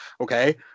okay